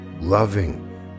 loving